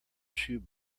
shoes